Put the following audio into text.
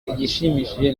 igishimishije